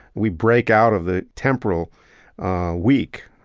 we break out of the temporal week,